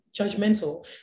judgmental